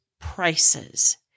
prices